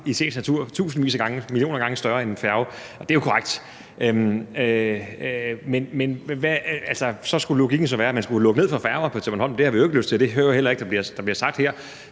i sagens natur er tusindvis af gange, millioner af gange større end en færge. Det er jo korrekt. Men så skulle logikken være, at man skulle lukke ned for færger til Bornholm, men det har vi jo ikke lyst til. Det hører jeg heller ikke der bliver sagt her.